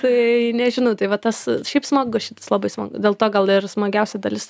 tai nežinau tai va tas šiaip smagu šitas labai smagu dėl to gal ir smagiausia dalis